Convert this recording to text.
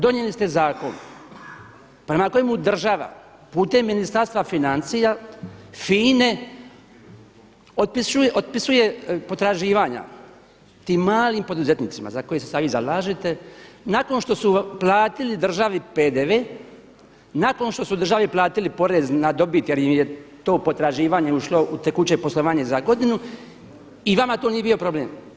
Donijeli ste zakon prema kojemu država putem Ministarstva financija, FINA-e otpisuje potraživanja tim malim poduzetnicima za koje se sada vi zalažete nakon što su platili državi PDV, nakon što su državi platili porez na dobit jer im je to potraživanje ušlo u tekuće poslovanje za godinu i vama to nije bio problem.